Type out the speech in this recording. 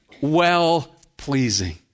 well-pleasing